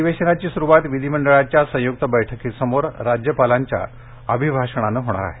अधिवेशनाची सुरुवात विधीमंडळाच्या संयुक्त बैठकीसमोर राज्यपालांच्या अभिभाषणाने होणार आहे